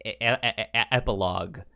epilogue